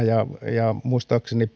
ja muistaakseni